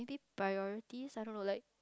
priorities I don't know like